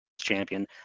champion